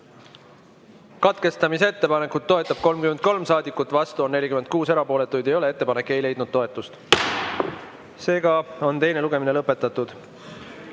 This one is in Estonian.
Katkestamise ettepanekut toetab 33 saadikut, vastu on 46, erapooletuid ei ole. Ettepanek ei leidnud toetust. Seega on teine lugemine lõpetatud.